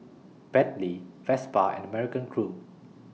Bentley Vespa and American Crew